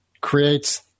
creates